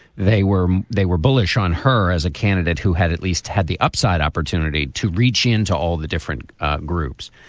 they were they were bullish on her as a candidate who had at least had the upside opportunity to reach into all the different groups.